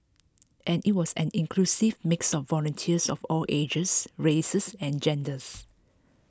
and it was an inclusive mix of volunteers of all ages races and genders